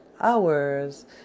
hours